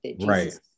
right